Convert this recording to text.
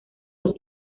los